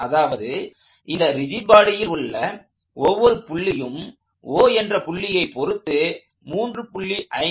அதாவது இந்த ரிஜிட் பாடியில் உள்ள ஒவ்வொரு புள்ளியும் O என்ற புள்ளியை பொருத்து 3